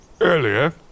Earlier